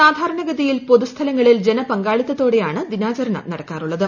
സാധാരണ ഗതിയിൽ പൊതുസ്ഥലങ്ങളിൽ ജനപങ്കാളിത്തത്തോടെയാണ് ദിനാചരണം നടക്കാറുള്ളത്